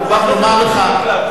ואחרי זה מבקשים מקלט.